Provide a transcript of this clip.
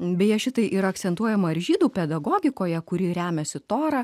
beje šitai ir akcentuojama ir žydų pedagogikoje kuri remiasi tora